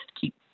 keep